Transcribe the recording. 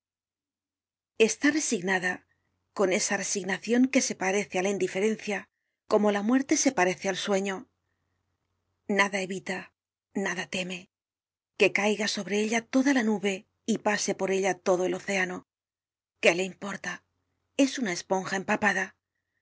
está resignada con esa resignacion que se parece á la indiferencia como la muerte se parece al sueño nada evita nada teme que caiga sobre ella toda la nube y pase por ella todo el océano qué le importa es una esponja empapada